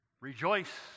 rejoice